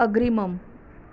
अग्रिमम्